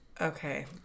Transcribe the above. Okay